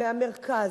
מהמרכז,